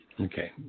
Okay